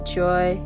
joy